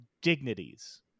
dignities